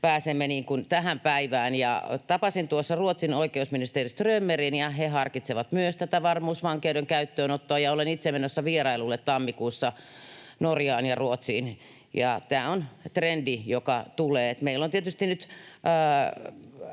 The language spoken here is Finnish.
pääsemme tähän päivään. Tapasin Ruotsin oikeusministeri Strömmerin, he harkitsevat myös tätä varmuusvankeuden käyttöönottoa, ja olen itse menossa vierailulle tammikuussa Norjaan ja Ruotsiin. Tämä on trendi, joka tulee. Meillä on tietysti nyt